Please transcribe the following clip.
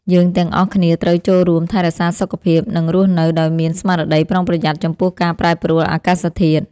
យើងទាំងអស់គ្នាត្រូវចូលរួមថែរក្សាសុខភាព និងរស់នៅដោយមានស្មារតីប្រុងប្រយ័ត្នចំពោះការប្រែប្រួលអាកាសធាតុ។